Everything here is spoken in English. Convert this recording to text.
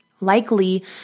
Likely